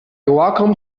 wacom